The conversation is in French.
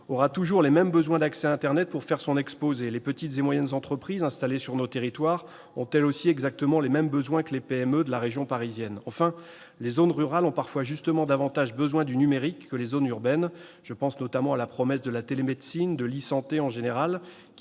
aura toujours les mêmes nécessités d'accès à internet pour faire son exposé. Les petites et moyennes entreprises installées sur nos territoires ont elles aussi exactement les mêmes besoins que les PME de la région parisienne. Enfin, les zones rurales ont parfois justement davantage besoin du numérique que les zones urbaines ; je pense notamment à la promesse de la télémédecine, de l'e-santé en général,